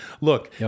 Look